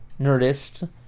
Nerdist